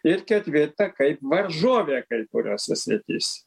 ir ketvirta kaip varžovė kai kuriose srityse